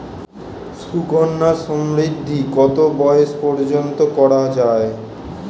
সুকন্যা সমৃদ্ধী কত বয়স পর্যন্ত করা যায়?